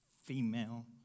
female